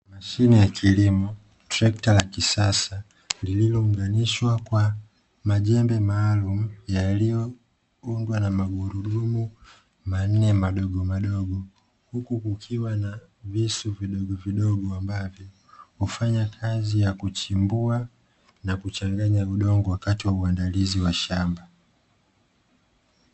Mashine ya kilimo; trekta ka kisasa lililounganishwa kwa majembe maalumu yaliyoungwa na magurudumu manne madogomadogo. Huku kukiwa na visu vidogovidogo ambavyo hufanya kazi ya kuchimbua na kuchanganya udongo wakati wa na uandalizi wa shamba.